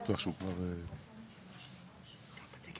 עד שתעלה